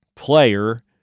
Player